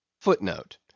Footnote